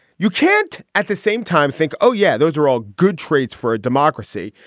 you can't at the same time think, oh yeah, those are all good traits for a democracy.